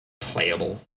playable